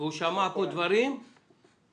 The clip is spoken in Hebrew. הוא שמע פה דברים לא